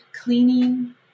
cleaning